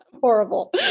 horrible